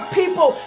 people